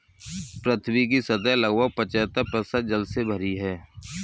पृथ्वी की सतह लगभग पचहत्तर प्रतिशत जल से भरी है